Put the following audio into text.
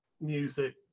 music